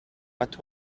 but